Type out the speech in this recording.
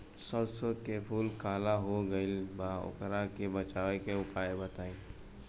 सरसों के फूल काला हो गएल बा वोकरा से बचाव के उपाय बताई?